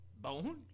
Bone